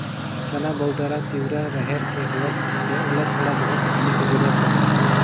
चना, बउटरा, तिंवरा, रहेर के होवत ले ओला थोड़ा बहुत पानी के जरूरत होथे